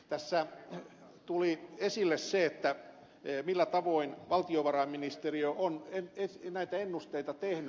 tässä tuli esille se millä tavoin valtiovarainministeriö on näitä ennusteita tehnyt